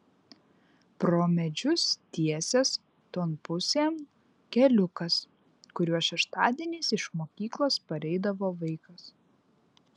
pro medžius tiesės ton pusėn keliukas kuriuo šeštadieniais iš mokyklos pareidavo vaikas